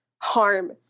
harm